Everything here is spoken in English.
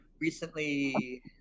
recently